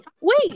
Wait